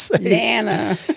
Nana